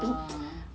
ah